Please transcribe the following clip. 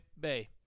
Bay